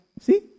See